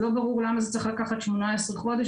לא ברור למה זה צריך לקחת 18 חודש,